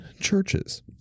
churches